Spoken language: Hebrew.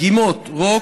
דגימות רוק,